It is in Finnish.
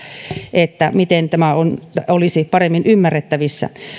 että tämä olisi paremmin ymmärrettävissä